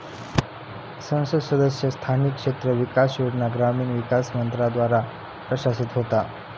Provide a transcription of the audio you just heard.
संसद सदस्य स्थानिक क्षेत्र विकास योजना ग्रामीण विकास मंत्रालयाद्वारा प्रशासित होता